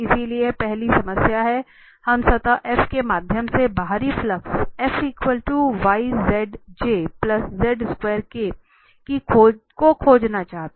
इसलिए पहली समस्या में हम सतह S के माध्यम से बाहरी फ्लक्स को खोजना चाहते हैं